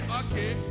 okay